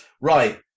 Right